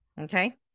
Okay